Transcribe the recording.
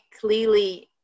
clearly